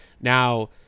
now